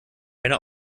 eine